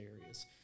areas